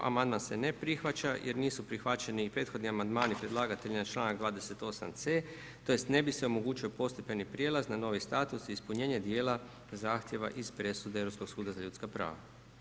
Amandman se ne prihvaća jer nisu prihvaćeni i prethodni amandmani predlagatelja na članak 28.c, tj. ne bi se omogućio postepeni prijelaz na novi status i ispunjenje djela zahtjeva iz presude Europskog suda za ljudska prava.